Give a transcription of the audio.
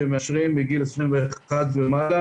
כשמאשרים מגיל 21 ומעלה,